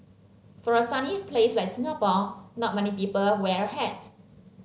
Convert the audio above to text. for a sunny place like Singapore not many people wear a hat